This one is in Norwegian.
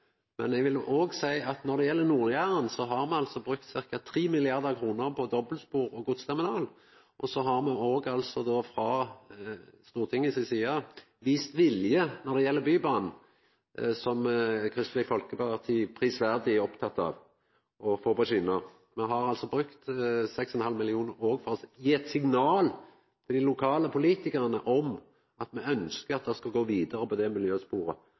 Men eg vil òg seia at når det gjeld Nord-Jæren, har me altså brukt ca. 3 mrd. kr på dobbeltspor og godsterminal, og så har me òg frå Stortinget si side vist vilje når det gjeld bybanen, som Kristeleg Folkeparti prisverdig er oppteke av å få på skjener. Me har altså brukt 6,5 mill. kr òg for å gje eit signal til dei lokale politikarane om at me frå Stortinget si side, inklusiv Kristeleg Folkeparti, ønskjer at me skal gå vidare på det miljøsporet.